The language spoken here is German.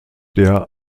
der